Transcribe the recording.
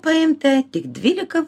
paimta tik dvylika